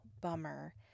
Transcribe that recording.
bummer